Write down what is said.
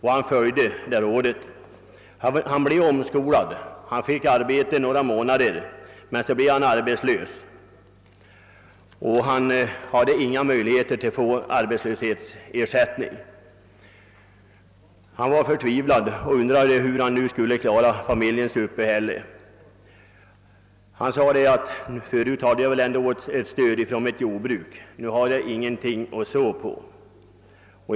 Han följde detta råd, blev omskolad och fick arbete under några månader. Så blev han arbetslös och hade ingen möjlighet att erhålla arbetslöshetsersättning. Han var förtvivlad och undrade hur han nu skulle klara familjens uppehälle. — Förut hade jag ändå ett stöd från mitt jordbruk, sade han, men nu har jag ingenting.